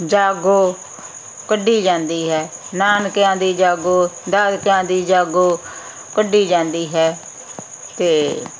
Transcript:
ਜਾਗੋ ਕੱਢੀ ਜਾਂਦੀ ਹੈ ਨਾਨਕਿਆਂ ਦੀ ਜਾਗੋ ਦਾਦਕਿਆਂ ਦੀ ਜਾਗੋ ਕੱਢੀ ਜਾਂਦੀ ਹੈ ਅਤੇ